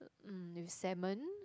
mm with salmon